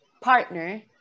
partner